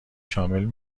شامل